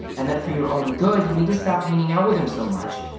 and that for your own good you need to stop hanging out with him so much.